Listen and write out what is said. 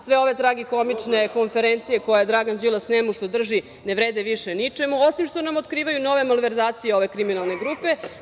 Sve ove tragikomične konferencije koje Dragan Đilas nemušto drži ne vrede više ničemu, osim što nam otkrivaju nove malverzacije ove kriminalne grupe.